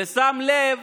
ושם לב